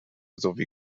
sowie